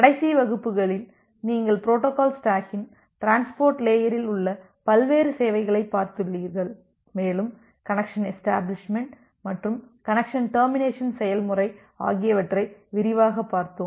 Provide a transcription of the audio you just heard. கடைசி வகுப்புகளில் நீங்கள் பொரோட்டோகால் ஸ்டாக்கின் டிரான்ஸ்போர்ட் லேயரில் உள்ள பல்வேறு சேவைகளைப் பார்த்துள்ளீர்கள் மேலும் கனெக்சன் எஷ்டபிளிஷ்மெண்ட் மற்றும் கனெக்சன் டெர்மினேசன் செயல்முறை ஆகியவற்றை விரிவாகப் பார்த்தோம்